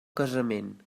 casament